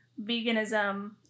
veganism